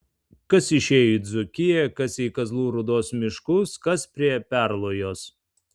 kas išėjo į dzūkiją kas į kazlų rūdos miškus kas prie perlojos